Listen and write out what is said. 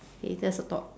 okay that's about